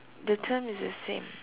the term is the same